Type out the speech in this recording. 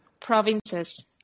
provinces